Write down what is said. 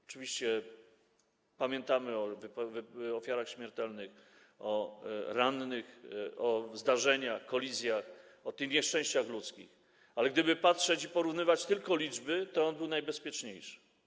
Oczywiście pamiętamy o ofiarach śmiertelnych, o rannych, o zdarzeniach, kolizjach, o nieszczęściach ludzkich, ale gdyby zestawiać i porównywać tylko liczby, to był on najbezpieczniejszy.